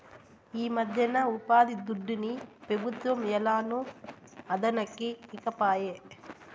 ఈమధ్యన ఉపాధిదుడ్డుని పెబుత్వం ఏలనో అదనుకి ఈకపాయే